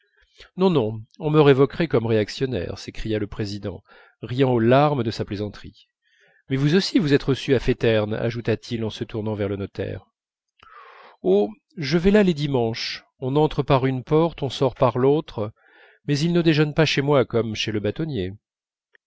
non non on me révoquerait comme réactionnaire s'écria le président riant aux larmes de sa plaisanterie mais vous aussi vous êtes reçu à féterne ajouta-t-il en se tournant vers le notaire oh je vais là les dimanches on entre par une porte on sort par l'autre mais ils ne déjeunent pas chez moi comme chez le bâtonnier